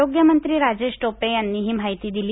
आरोग्यमंत्री राजेश टोपे यांनी ही माहिती दिली